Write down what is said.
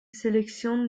sélectionne